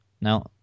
now